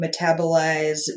metabolize